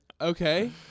Okay